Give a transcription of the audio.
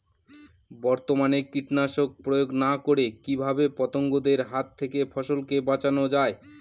বর্তমানে কীটনাশক প্রয়োগ না করে কিভাবে পতঙ্গদের হাত থেকে ফসলকে বাঁচানো যায়?